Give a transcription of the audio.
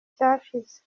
cyashize